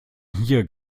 hier